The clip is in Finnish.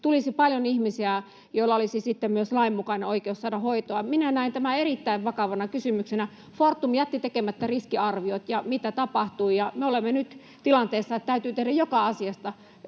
tulisi paljon ihmisiä, joilla olisi sitten myös lain mukainen oikeus saada hoitoa? Minä näen tämän erittäin vakavana kysymyksenä. Fortum jätti tekemättä riskiarviot, ja mitä tapahtui? Me olemme nyt tilanteessa, että täytyy tehdä joka asiasta